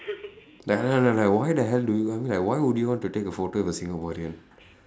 like like like why the hell do you I mean like why the hell would you want to take a photo with a singaporean